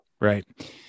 Right